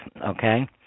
Okay